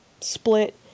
split